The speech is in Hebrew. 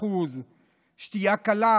ב-13%; שתייה קלה,